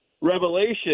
revelation